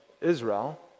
Israel